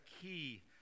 key